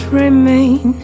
remain